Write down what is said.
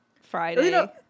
Friday